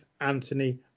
Anthony